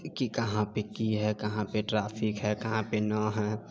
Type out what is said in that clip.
कि कहाँ पे की यऽ कहाँ पे ट्रैफिक हइ कहाँ पे नहि हइ